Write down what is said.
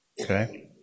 Okay